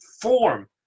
form